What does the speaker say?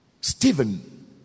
Stephen